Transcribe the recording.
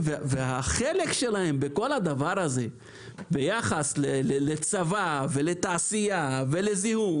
והחלק שלהם בכל הדבר הזה ביחס לצבא ולתעשייה ולזיהום